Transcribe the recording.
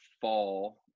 fall